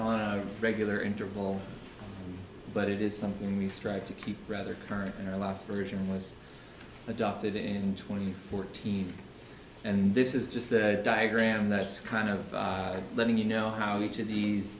on a regular interval but it is something we strive to keep rather current in our last version was adopted in twenty fourteen and this is just a diagram that's kind of letting you know how each of these